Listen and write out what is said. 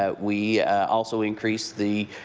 ah we also increase the